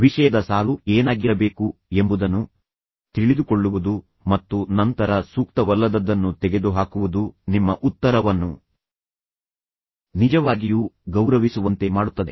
ವಿಷಯದ ಸಾಲು ಏನಾಗಿರಬೇಕು ಎಂಬುದನ್ನು ತಿಳಿದುಕೊಳ್ಳುವುದು ಮತ್ತು ನಂತರ ಸೂಕ್ತವಲ್ಲದದ್ದನ್ನು ತೆಗೆದುಹಾಕುವುದು ನಿಮ್ಮ ಉತ್ತರವನ್ನು ನಿಜವಾಗಿಯೂ ಗೌರವಿಸುವಂತೆ ಮಾಡುತ್ತದೆ